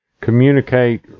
communicate